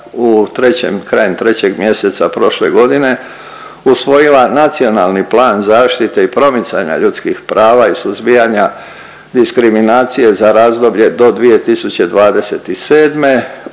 krajem 3. mj. prošle godine usvojila Nacionalni plan zaštite i promicanja ljudskih prava i suzbijanja diskriminacije za razdoblje do 2027.